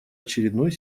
очередной